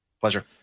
Pleasure